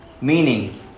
Meaning